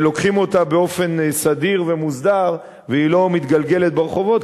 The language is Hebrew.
לוקחים אותה באופן סדיר ומוסדר והיא לא מתגלגלת ברחובות.